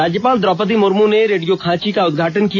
राज्यपाल द्रौपदी मुर्म ने रेडियो खांची का उदघाटन किया